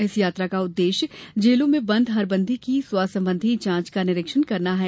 इस यात्रा का उद्देश्य जेलों में बंद हर बंदी की स्वास्थ्य संबंधी जांच का निरीक्षण करना है